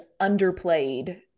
underplayed